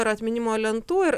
ir atminimo lentų ir